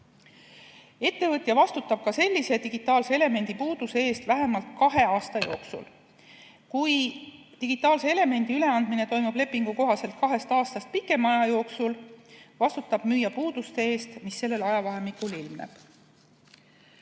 Ettevõtja vastutab ka sellise digitaalse elemendi puuduse eest vähemalt kahe aasta jooksul. Kui digitaalse elemendi üleandmine toimub lepingu kohaselt kahest aastast pikema aja jooksul, vastutab müüja puuduste eest, mis sellel ajavahemikul ilmnevad.